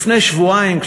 לפני שבועיים,